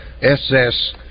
SS